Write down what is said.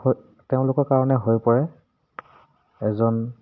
তেওঁলোকৰ কাৰণে হৈ পৰে এজন